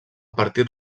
partit